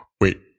wait